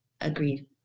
Agreed